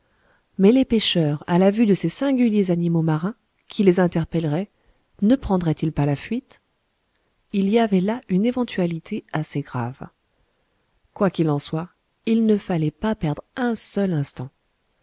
mais les pêcheurs à la vue de ces singuliers animaux marins qui les interpelleraient ne prendraient ils pas la fuite il y avait là une éventualité assez grave quoi qu'il en soit il ne fallait pas perdre un seul instant